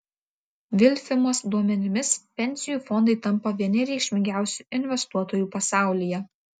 vilfimos duomenimis pensijų fondai tampa vieni reikšmingiausių investuotojų pasaulyje